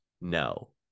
no